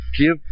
give